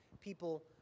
people